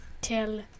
Tell